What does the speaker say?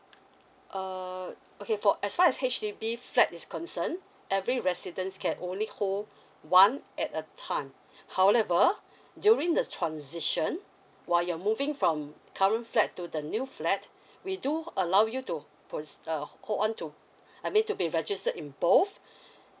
uh okay for as far as H_D_B flat is concerned every residents can only hold one at a time however during the transition while you're moving from current flat to the new flat we do allow you to proce~ err hold on to I mean to be registered in both